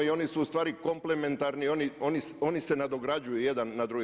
I oni su ustvari komplementarni, oni se nadograđuju jedan na drugi.